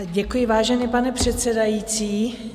Děkuji, vážený pane předsedající.